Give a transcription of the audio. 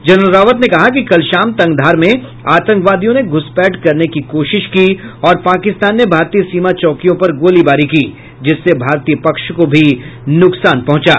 general Rawat ने कहा कि कल शाम तंगधार में आतंकवादियों ने घुसपैठ करने की कोशिश की और पाकिस्तान ने भारतीय सीमा चौकियों पर गोलीबारी की जिससे भारतीय पक्ष को भी नुकसान पहुंचा